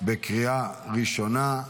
בקריאה ראשונה,